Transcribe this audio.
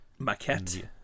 maquette